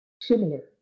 similar